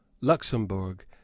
Luxembourg